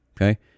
okay